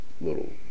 little